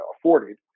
afforded